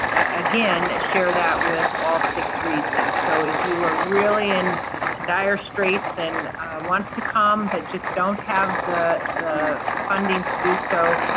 again, share that with all six regions. so if we are really in and dire straights, and want to come, but just don't have the the funding to do so,